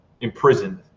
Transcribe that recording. imprisoned